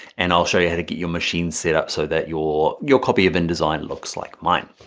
and i'll show you how to get your machine set up, so that your your copy of indesign looks like mine.